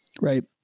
right